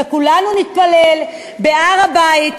וכולנו נתפלל בהר-הבית.